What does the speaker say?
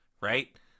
right